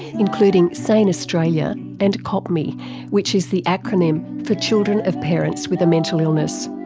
including sane australia and copmi which is the acronym for children of parents with a mental illness.